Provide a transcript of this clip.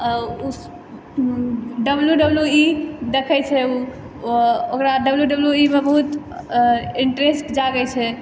ओ W W E देखै छै ओ ओकरा डब्लू डब्लू ईमे बहुत इन्ट्रेस्ट जागै छै